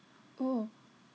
oh